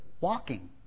walking